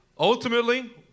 Ultimately